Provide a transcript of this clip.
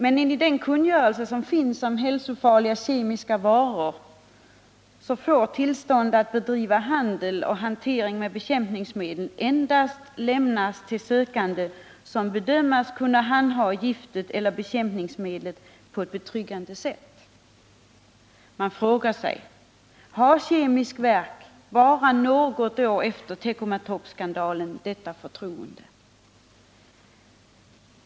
Men enligt kungörelsen om hälsofarliga kemiska varor får tillstånd att bedriva handel och hantering med bekämpningsmedel endast lämnas till sökande som bedöms kunna handha gifteller bekämpningsmedlet på ett betryggande sätt. Man frågar sig: Har Kemisk Verk bara något år efter Teckomatorpskandalen detta förtroende?